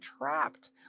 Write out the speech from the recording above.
trapped